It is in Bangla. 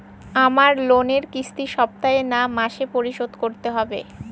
আমার লোনের কিস্তি সপ্তাহে না মাসে পরিশোধ করতে হবে?